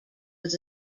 was